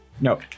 No